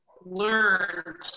learn